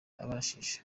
abashije